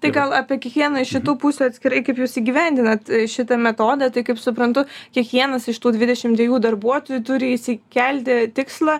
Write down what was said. tai gal apie kiekvieną iš šitų pusių atskirai kaip jūs įgyvendinat šitą metodą tai kaip suprantu kiekvienas iš tų dvidešimt dviejų darbuotojų turi išsikelti tikslą